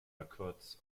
records